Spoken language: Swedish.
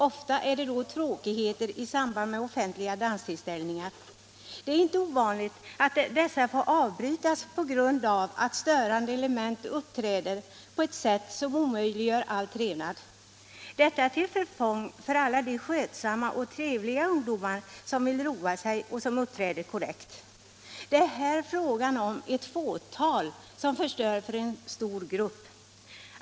Ofta är det då tråkigheter i samband med offentliga danstillställningar. Det är inte ovanligt att dessa måste avbrytas på grund av att störande element uppträder på ett sätt som omöjliggör all trevnad. Detta är till förfång för alla de skötsamma och trevliga ungdomar som vill roa sig och som uppträder korrekt. Det är här fråga om ett fåtal individer som förstör för en stor grupp.